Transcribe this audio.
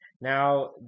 now